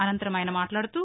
అనంతరం ఆయన మాట్లాడుతూ